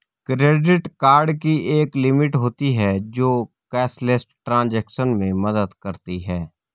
credit card की एक limit होती है जो कैशलेस ट्रांज़ैक्शन में मदद करती है